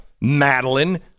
Madeline